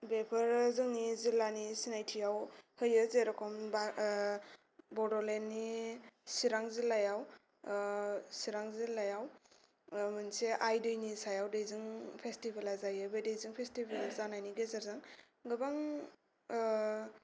बेफोरो जोंनि जिल्लानि सिनायथियाव होयो जेरखम बड'लेण्डनि चिरां जिल्लायाव चिरां जिल्लायाव मोनसे आइ दैनि सायाव दैजिं फेसटिवेला जायो बे दैजिं फेसटिवेल जानायनि गेजेरजों गोबां